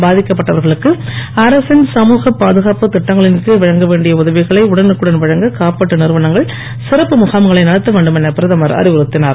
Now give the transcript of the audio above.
பாதிக்கப்பட்டவர்களுக்கு அரசின் சமூக பாதுகாப்புத் திட்டங்களின் கீழ் வழங்க வேண்டிய உதவிகளை உடனுக்குடன் வழங்க காப்பீட்டு நிறுவனங்கள் சிறப்பு முகாம்களை நடத்த வேண்டும் என பிரதமர் அறிவுறுத்தினார்